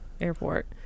airport